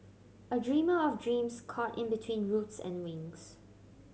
a dreamer of dreams caught in between roots and wings